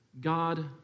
God